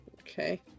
Okay